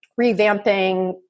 revamping